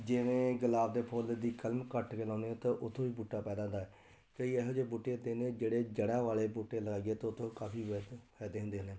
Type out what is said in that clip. ਜਿਵੇਂ ਗੁਲਾਬ ਦੇ ਫੁੱਲ ਦੀ ਕਲਮ ਕੱਟ ਕੇ ਲਾਉਨੇ ਹੋ ਤਾਂ ਉੱਥੋਂ ਵੀ ਬੂਟਾ ਪੈਦਾ ਹੁੰਦਾ ਹੈ ਕਈ ਇਹੋ ਜਿਹੇ ਬੂਟੇ ਹੁੰਦੇ ਹਨ ਜਿਹੜੇ ਜੜ੍ਹਾਂ ਵਾਲੇ ਬੂਟੇ ਲਾ ਲਈਏ ਤਾਂ ਉੱਥੋਂ ਕਾਫੀ ਵੈ ਫਾਇਦੇ ਹੁੰਦੇ ਹਨ